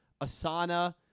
Asana